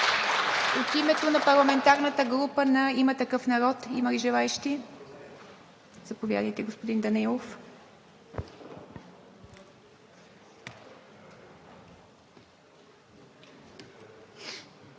От името на парламентарната група на „Има такъв народ“ има ли желаещи? Заповядайте, господин Данаилов.